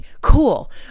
cool